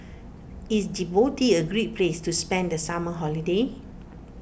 is Djibouti a great place to spend the summer holiday